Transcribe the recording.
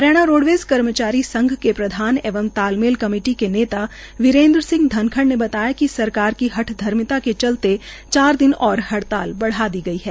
Haryana roadways कर्मचारी संघ के प्रधान एवं तालमेल कमेटी के नेता वीरेन्द्र सिंह धनखड़ ने बताया कि सरकार की हठधर्मी के चलते चार दिन और हड़ताल बढ़ा दी गई है